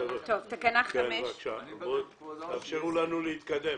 אני מבקש, כבודו --- תאפשרו לנו להתקדם.